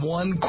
one